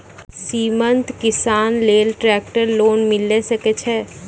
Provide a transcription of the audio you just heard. सीमांत किसान लेल ट्रेक्टर लोन मिलै सकय छै?